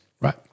Right